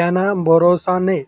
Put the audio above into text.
याना भरोसा नै